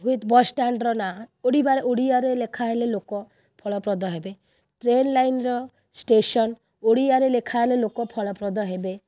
ହୁଏ ବସ୍ ଷ୍ଟାଣ୍ଡ୍ର ନାଁ ଓଡ଼ିଆରେ ଲେଖାହେଲେ ଲୋକ ଫଳପ୍ରଦ ହେବେ ଟ୍ରେନ୍ ଲାଇନ୍ର ଷ୍ଟେସନ୍ ଓଡ଼ିଆରେ ଲେଖାହେଲେ ଲୋକ ଫଳପ୍ରଦ ହେବେ